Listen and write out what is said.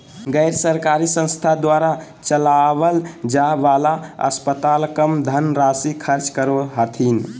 गैर सरकारी संस्थान द्वारा चलावल जाय वाला अस्पताल कम धन राशी खर्च करो हथिन